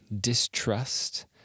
distrust